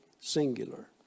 singular